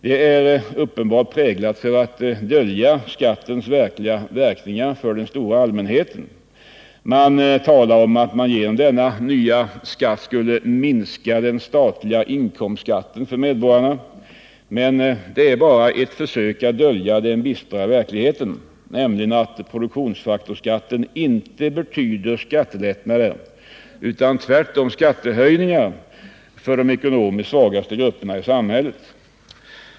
Det är uppenbarligen präglat för att dölja skattens sanna verkningar för den stora allmänheten. Man talar om att man genom denna nya skatt skulle minska den statliga inkomstskatten för medborgarna. Men det är ju bara ett försök att dölja den bistra verkligheten, nämligen att produktionsfaktorsskatten inte betyder skattelättnader, utan tvärtom skattehöjningar, för de ekonomiskt svagaste grupperna i samhället.